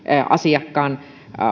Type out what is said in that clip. asiakkaan